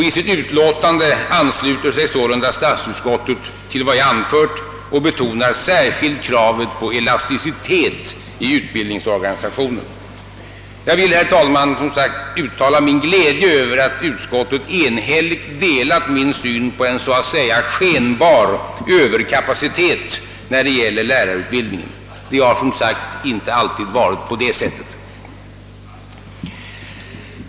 I sitt utlåtande ansluter sig sålunda statsutskottet till vad jag anfört och betonar särskilt kravet på elasticitet i utbildningsorganisationen. Jag vill, herr talman, som sagt uttala min glädje över att utskottet enhälligt delat min syn på en så att säga skenbar överkapacitet i lärarutbildningen. Det har som sagt inte alltid varit på det sättet.